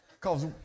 Cause